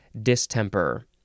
distemper